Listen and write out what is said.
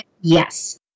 Yes